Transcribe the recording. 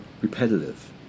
repetitive